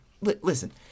Listen